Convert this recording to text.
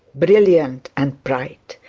brilliant and bright,